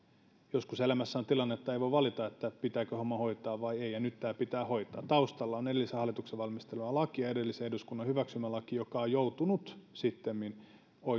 joskus elämässä on tilanne että ei voi valita pitääkö homma hoitaa vai ei ja nyt tämä pitää hoitaa taustalla on edellisen hallituksen valmistelema laki ja edellisen eduskunnan hyväksymä laki joka on joutunut sittemmin